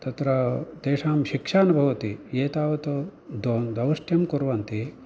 तत्र तेषां शिक्षा न भवति एतावत् दौ दौष्ट्यं कुर्वन्ति